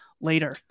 later